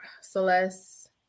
Celeste